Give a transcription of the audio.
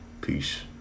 Peace